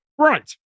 right